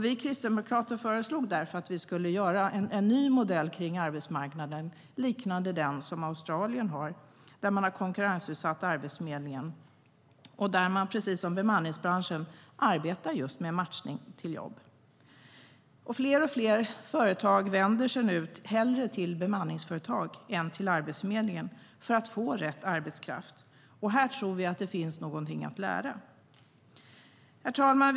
Vi kristdemokrater föreslog därför att vi skulle göra en ny modell kring arbetsmarknaden, liknande den som Australien har, där man har konkurrensutsatt arbetsförmedlingen och där man, precis som bemanningsbranschen, arbetar just med matchning i fråga om jobb. Fler och fler företag vänder sig nu hellre till bemanningsföretag än till Arbetsförmedlingen för att få rätt arbetskraft. Här tror vi att det finns någonting att lära. Herr talman!